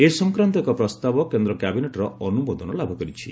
ଏ ସଂକ୍ରାନ୍ତ ଏକ ପ୍ରସ୍ତାବ କେନ୍ଦ୍ର କ୍ୟାବିନେଟ୍ର ଅନୁମୋଦନ ଲାଭ କରିଛି